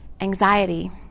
anxiety